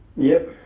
yep,